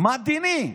מה דיני?